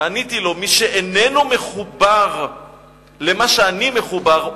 ועניתי לו: מי שאיננו מחובר למה שאני מחובר,